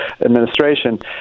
administration